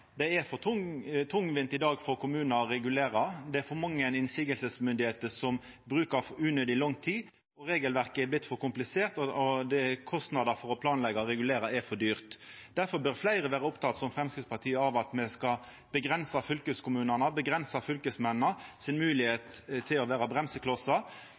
Det er i dag for tungvint for kommunane å regulera, det er for mange motsegnsmyndigheiter som brukar unødig lang tid, regelverket har vorte for komplisert, og det er for dyrt å planleggja og regulera. Difor bør fleire, som Framstegspartiet, vera opptekne av at me skal avgrensa moglegheitene fylkeskommunane og fylkesmennene har til å vera bremseklossar.